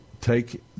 take